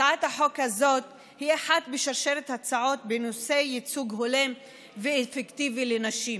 הצעת החוק הזאת היא אחת משרשרת הצעות בנושא ייצוג הולם ואפקטיבי לנשים.